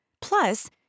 Plus